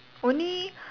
only